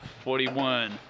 forty-one